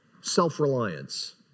Self-reliance